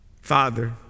Father